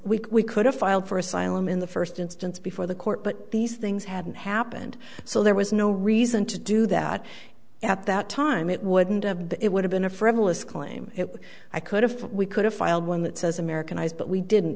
week we could have filed for asylum in the first instance before the court but these things hadn't happened so there was no reason to do that at that time it wouldn't have been it would have been a frivolous claim if i could if we could have filed one that says americanised but we didn't